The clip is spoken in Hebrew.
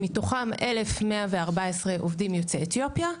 ומתוכם 1,114 עובדים יוצאי אתיופיה.